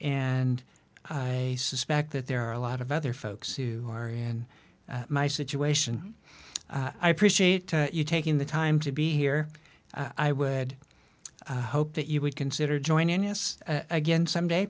and i suspect that there are a lot of other folks who are in my situation i appreciate you taking the time to be here i would hope that you would consider joining us again someday